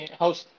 house